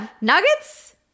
nuggets